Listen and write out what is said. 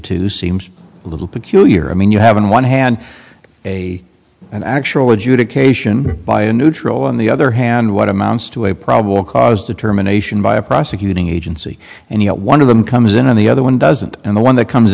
two seems a little peculiar i mean you have in one hand a an actual adjudication by a neutral on the other hand what amounts to a probable cause determination by a prosecuting agency and one of them comes in on the other one doesn't and the one that comes